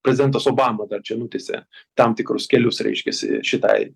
prezidentas obama dar čia nutiesė tam tikrus kelius reiškiasi šitai